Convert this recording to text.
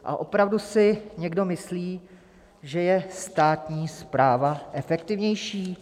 A opravdu si někdo myslí, že je státní správa efektivnější?